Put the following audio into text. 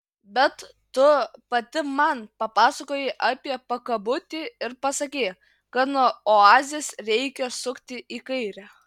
bet tu pati man papasakojai apie pakabutį ir pasakei kad nuo oazės reikia sukti į kairę